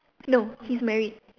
no he's married